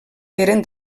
eren